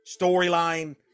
storyline –